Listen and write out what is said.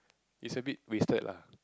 is a bit wasted lah